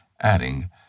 Adding